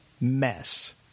mess